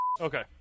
Okay